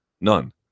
None